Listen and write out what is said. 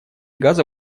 газа